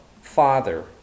Father